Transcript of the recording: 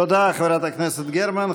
תודה, חברת הכנסת גרמן.